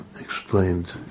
explained